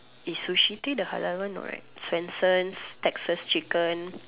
is sushi Tei the halal one no right Swensen's Texas chicken